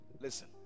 listen